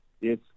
Yes